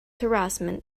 harassment